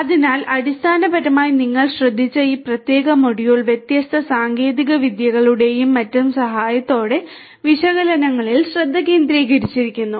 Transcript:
അതിനാൽ അടിസ്ഥാനപരമായി നിങ്ങൾ ശ്രദ്ധിച്ച ഈ പ്രത്യേക മൊഡ്യൂൾ വ്യത്യസ്ത സാങ്കേതികവിദ്യകളുടെയും മറ്റും സഹായത്തോടെ വിശകലനങ്ങളിൽ ശ്രദ്ധ കേന്ദ്രീകരിക്കുന്നു